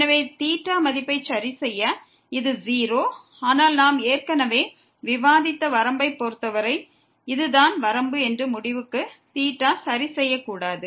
எனவே θ மதிப்பை சரிசெய்ய இது 0 ஆனால் நாம் ஏற்கனவே விவாதித்த வரம்பைப் பொறுத்தவரை இது தான் வரம்பு என்று முடிவை பெற θவை சரிசெய்யக்கூடாது